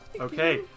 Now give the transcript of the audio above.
Okay